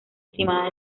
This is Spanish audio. estimada